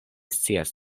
scias